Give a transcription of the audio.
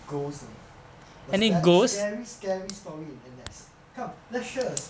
ghost or not it's like scary scary story in N_S come let's share